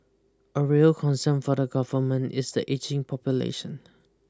a real concern for the Government is the ageing population